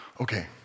Okay